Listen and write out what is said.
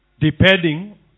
depending